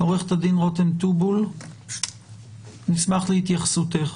עורכת הדין רותם טובול, נשמח להתייחסותך.